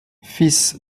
fils